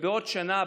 ובעוד שנה,